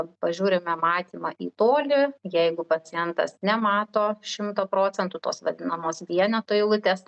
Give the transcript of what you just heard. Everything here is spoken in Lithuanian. pažiūrime matymą į tolį jeigu pacientas nemato šimto procentų tos vadinamos vieneto eilutės